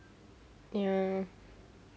ya